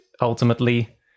ultimately